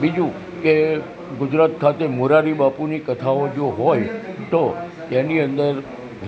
બીજું કે ગુજરાત ખાતે મોરારી બાપુની કથાઓ જો હોય તો તેની અંદર